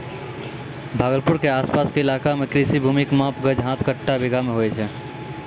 भागलपुर के आस पास के इलाका मॅ कृषि भूमि के माप गज, हाथ, कट्ठा, बीघा मॅ होय छै